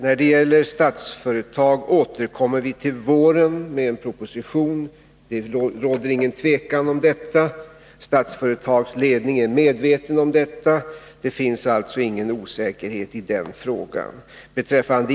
När det gäller Statsföretag kommer vi till våren att lägga fram en ny proposition, och det råder ingen tvekan om detta. Statsföretags ledning är medveten om det, och det finns alltså ingen osäkerhet på den punkten.